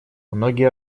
многие